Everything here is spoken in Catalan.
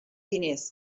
diners